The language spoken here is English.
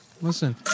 Listen